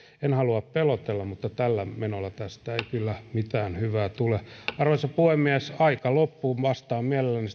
en halua pelotella mutta tällä menolla tästä ei kyllä mitään hyvää tule arvoisa puhemies aika loppuu mutta vastaan mielelläni